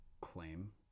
claim